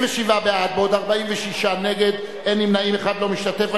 37 בעד, 46 נגד, אין נמנעים, אחד לא משתתף.